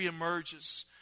reemerges